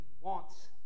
wants